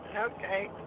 Okay